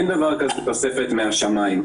אין דבר כזה תוספת מהשמיים.